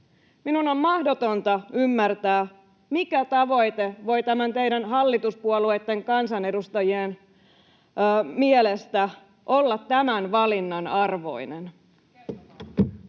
Minun on mahdotonta ymmärtää, mikä tavoite voi teidän hallituspuolueitten kansanedustajien mielestä olla tämän valinnan arvoinen.